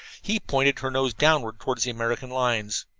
he pointed her nose downward toward the american lines.